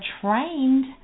trained